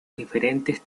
diferentes